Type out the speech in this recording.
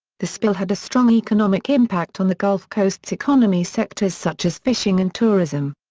the spill had a strong economic impact on the gulf coast's economy sectors such as fishing and tourism.